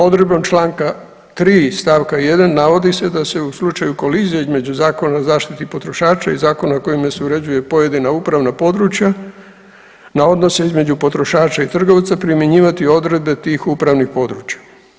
Odredbom članka 3. stavka 1. navodi se da se u slučaju kolizije između Zakona o zaštiti potrošača i zakona kojima se uređuje pojedina upravna područja navodno se između potrošača i trgovca primjenjivati odredbe tih upravnih područja.